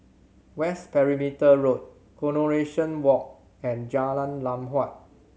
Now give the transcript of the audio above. West Perimeter Road Coronation Walk and Jalan Lam Huat